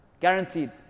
Guaranteed